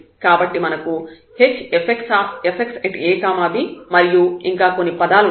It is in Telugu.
కాబట్టి మనకు hfxab మరియు ఇంకా కొన్ని పదాలు ఉంటాయి